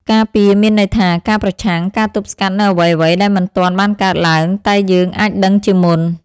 ការពារមានន័យថា ការប្រឆាំង ការទប់ស្កាត់នូវអ្វីៗដែលមិនទាន់បានកើតឡើងតែយើងអាចដឹងជាមុន។